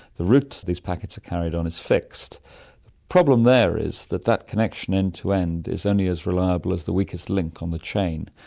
the route these packets are carried on is fixed. the problem there is that that connection end to end is only as reliable as the weakest link on the chain,